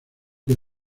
que